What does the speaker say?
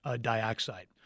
dioxide